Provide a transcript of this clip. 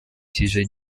kije